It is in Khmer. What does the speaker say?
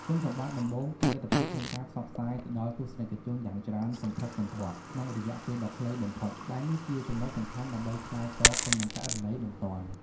គុណសម្បត្តិដំបូងគឺលទ្ធភាពក្នុងការផ្សព្វផ្សាយទៅដល់ទស្សនិកជនយ៉ាងច្រើនសន្ធឹកសន្ធាប់ក្នុងរយៈពេលដ៏ខ្លីបំផុត ដែលនេះជាចំណុចសំខាន់ដើម្បីឆ្លើយតបទៅនឹងករណីបន្ទាន់។